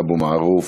אבו מערוף,